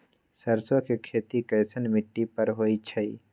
सरसों के खेती कैसन मिट्टी पर होई छाई?